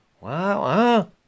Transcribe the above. Wow